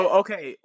okay